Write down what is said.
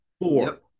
four